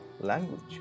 language